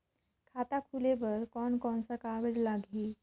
खाता खुले बार कोन कोन सा कागज़ लगही?